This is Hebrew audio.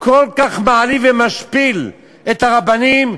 כל כך מעליב ומשפיל את הרבנים,